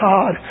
God